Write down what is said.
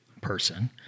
person